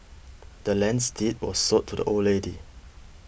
the land's deed was sold to the old lady